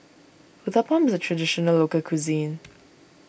Uthapam is a Traditional Local Cuisine